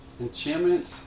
Enchantment